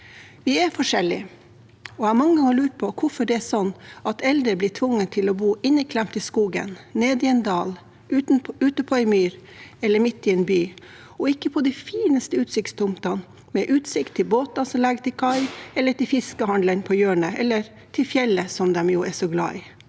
Vi er forskjellige. Jeg har mange ganger lurt på hvorfor det er sånn at eldre blir tvunget til å bo inneklemt i skogen, nede i en dal, ute på en myr eller midt i en by og ikke på de fineste utsiktstomtene – med utsikt til båter som legger til kai, til fiskehandleren på hjørnet eller til fjellet som de er så glad i.